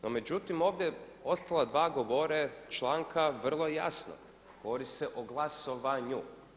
No, međutim ovdje ostala dva govore članka vrlo jasno, govori se o glasovanju.